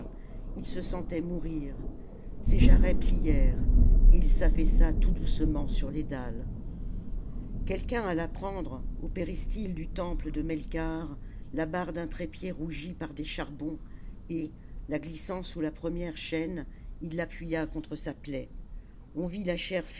il se sentait mourir ses jarrets phèrent et il s'affaissa tout doucement sur les dalles quelqu'un alla prendre au péristyle du temple de meikarth la barre d'un trépied rougie par des charbons et la glissant sous la première chaîne il l'appuya contre sa plaie on vit la